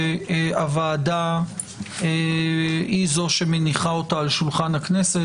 שהוועדה היא זו שמניחה אותה על שולחן הכנסת.